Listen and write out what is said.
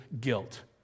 guilt